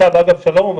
אגב, צו שלום או מחוזי?